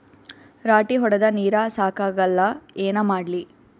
ರಾಟಿ ಹೊಡದ ನೀರ ಸಾಕಾಗಲ್ಲ ಏನ ಮಾಡ್ಲಿ?